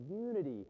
unity